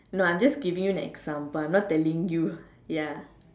no I'm just giving an example I'm not telling you ya